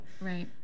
Right